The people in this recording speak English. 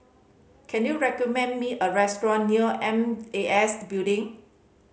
can you recommend me a restaurant near M A S Building